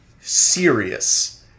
serious